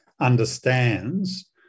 understands